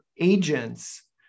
agents